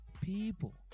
People